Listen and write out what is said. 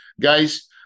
Guys